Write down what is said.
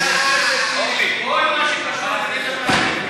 כל מה שקשור בליברמן זה פלילי.